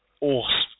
Awesome